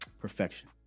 perfection